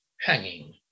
hanging